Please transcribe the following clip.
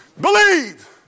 believe